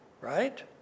right